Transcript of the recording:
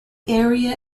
area